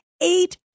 eight